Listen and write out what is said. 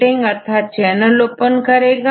getting अर्थात यह कुछ केस में चैनल ओपन करेगा